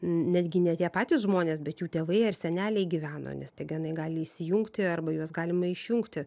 netgi ne tie patys žmonės bet jų tėvai ar seneliai gyveno nes tie genai gali įsijungti arba juos galima išjungti